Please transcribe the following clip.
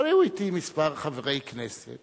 אבל היו אתי מספר חברי כנסת